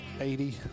Eighty